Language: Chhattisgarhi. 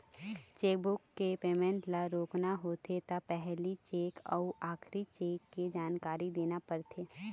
चेकबूक के पेमेंट ल रोकना होथे त पहिली चेक अउ आखरी चेक के जानकारी देना परथे